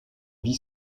vie